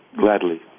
gladly